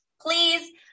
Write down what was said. Please